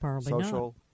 social